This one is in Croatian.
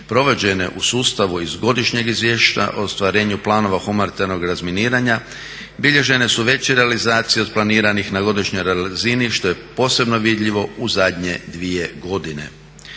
provođene u sustavu iz godišnjeg izvješća o ostvarenju planova humanitarnog razminiranja bilježene su veće realizacije od planiranih na godišnjoj razini što je posebno vidljivo u zadnje dvije godine.